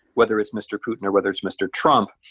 whether it's mr. putin or whether it's mr. trump,